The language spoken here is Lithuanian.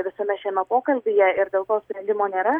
visame šiame pokalbyje ir dėl to sprendimo nėra